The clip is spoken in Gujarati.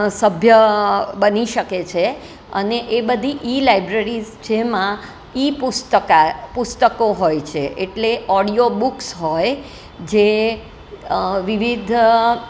સભ્ય બની શકે છે અને એ બધી ઇ લાઇબ્રેરીસ જેમાં ઇ પુસ્તકા પુસ્તકો હોય છે એટલે ઓડિયો બુક્સ હોય જે વિવિધ